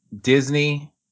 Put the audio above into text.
Disney